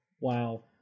Wow